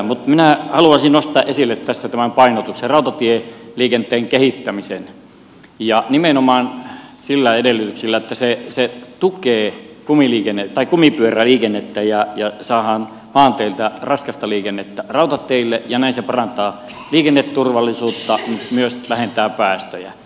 mutta minä haluaisin nostaa esille tässä tämän painotuksen rautatieliikenteen kehittämisen ja nimenomaan sillä edellytyksellä että se tukee kumipyöräliikennettä ja saadaan maanteiltä raskasta liikennettä rautateille ja näin se parantaa liikenneturvallisuutta myös vähentää päästöjä